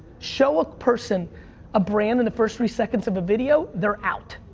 show a person a brand in the first three seconds of a video, they're out.